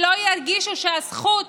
שלא ירגישו שהזכות